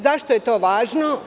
Zašto je to važno?